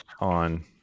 on